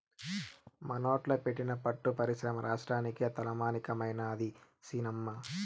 మనోట్ల పెట్టిన పట్టు పరిశ్రమ రాష్ట్రానికే తలమానికమైనాది సినమ్మా